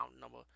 number